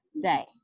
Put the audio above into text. day